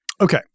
okay